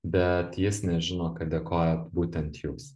bet jis nežino kad dėkojat būtent jūs